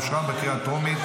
אושרה בקריאה הטרומית,